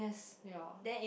ya